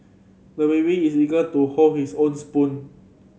the baby is eager to hold his own spoon